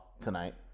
tonight